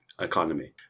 economy